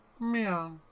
Meow